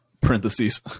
parentheses